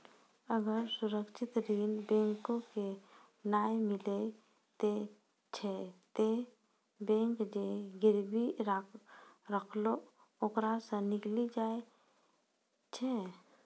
अगर सुरक्षित ऋण बैंको के नाय मिलै छै तै बैंक जे गिरबी रखलो ओकरा सं निकली जाय छै